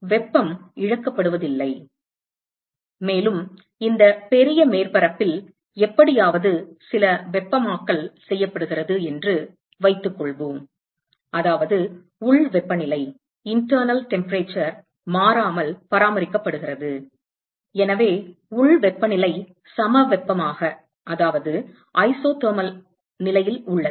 வெப்பம் இழக்கப்படுவதில்லை மேலும் இந்த பெரிய மேற்பரப்பில் எப்படியாவது சில வெப்பமாக்கல் செய்யப்படுகிறது என்று வைத்துக்கொள்வோம் அதாவது உள் வெப்பநிலை மாறாமல் பராமரிக்கப்படுகிறது எனவே உள் வெப்பநிலை சமவெப்பமாக உள்ளது